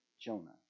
Jonah